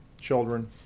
children